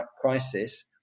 crisis